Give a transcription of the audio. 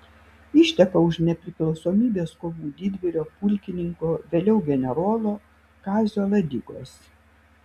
išteka už nepriklausomybės kovų didvyrio pulkininko vėliau generolo kazio ladigos